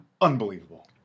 Unbelievable